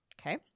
Okay